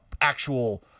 actual